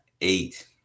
eight